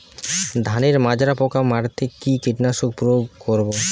ধানের মাজরা পোকা মারতে কি কীটনাশক প্রয়োগ করব?